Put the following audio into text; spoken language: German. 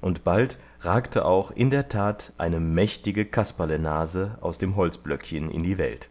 und bald ragte auch in der tat eine mächtige kasperlenase aus dem holzblöckchen in die welt